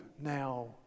now